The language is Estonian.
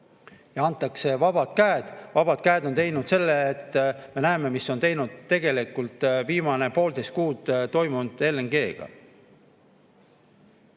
nii antakse vabad käed. Vabad käed on põhjustanud selle, et me näeme, mis on tegelikult viimased poolteist kuud toimunud LNG-ga.